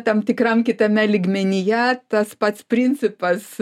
tam tikram kitame lygmenyje tas pats principas